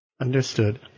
Understood